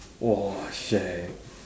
!wah! shagged